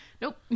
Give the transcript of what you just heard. Nope